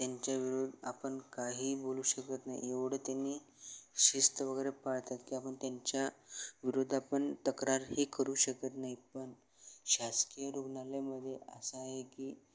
त्यांच्या विरुद्ध आपण काही बोलू शकत नाही एवढं त्यांनी शिस्त वगैरे पाळतात की आपण त्यांच्या विरुद्ध आपण तक्रारही करू शकत नाही पण शासकीय रुग्णालयामध्ये असं आहे की